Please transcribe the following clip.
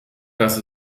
dass